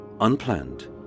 unplanned